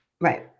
Right